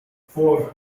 four